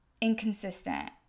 inconsistent